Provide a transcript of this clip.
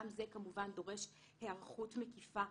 גם זה כמובן דורש היערכות מקיפה.